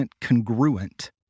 congruent